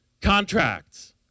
Contracts